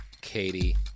Katie